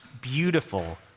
beautiful